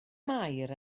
mair